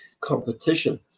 competition